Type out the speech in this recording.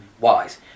wise